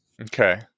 Okay